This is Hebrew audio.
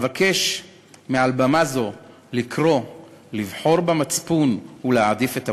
אבקש מעל במה זו לקרוא לבחור במצפון ולהעדיף את המוסר.